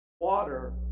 water